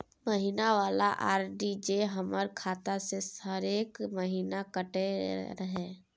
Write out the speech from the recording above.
महीना वाला आर.डी जे हमर खाता से हरेक महीना कटैत रहे?